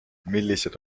millised